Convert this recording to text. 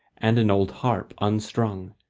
and an old harp unstrung.